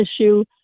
issue